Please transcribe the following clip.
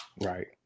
right